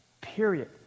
period